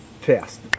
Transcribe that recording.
Fast